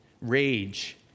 rage